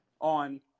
on